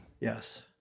Yes